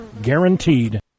guaranteed